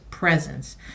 presence